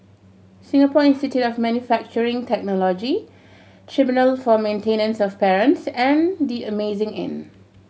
Singapore Institute of Manufacturing Technology Tribunal for Maintenance of Parents and The Amazing Inn